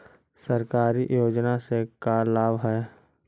सरकारी योजना से का लाभ है?